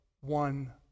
one